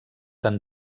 han